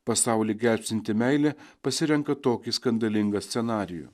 pasaulyje gelbstinti meilė pasirenka tokį skandalingą scenarijų